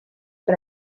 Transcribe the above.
per